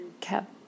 kept